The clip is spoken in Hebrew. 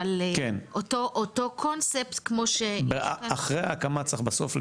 אותו קונספט כמו ש- -- אחרי הקמה צריך בסוף,